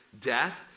death